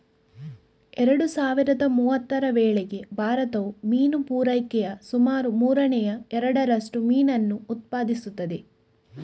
ಎರಡು ಸಾವಿರದ ಮೂವತ್ತರ ವೇಳೆಗೆ ಭಾರತವು ಮೀನು ಪೂರೈಕೆಯ ಸುಮಾರು ಮೂರನೇ ಎರಡರಷ್ಟು ಮೀನನ್ನು ಉತ್ಪಾದಿಸುತ್ತದೆ